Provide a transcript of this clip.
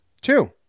Two